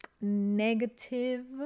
negative